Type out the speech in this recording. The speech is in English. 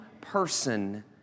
person